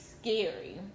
scary